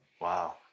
Wow